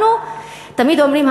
תמיד אומרים,